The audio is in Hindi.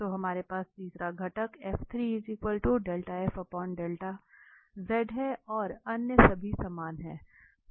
तो हमारे पास तीसरा घटक है और अन्य सभी समान हैं